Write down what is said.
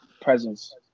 presence